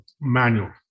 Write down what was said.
manual